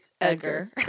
edgar